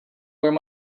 where